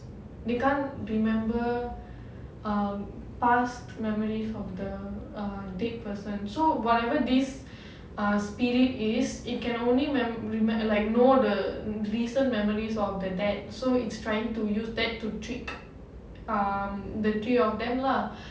they can't remember uh past memories of the err dead person so whatever these ah spirit is it can only mem~ remem~ like know the recent memories of the dad so it's trying to use that to trick um the three of them lah